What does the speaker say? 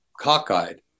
cockeyed